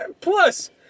Plus